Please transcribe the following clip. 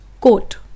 Quote